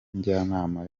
njyanama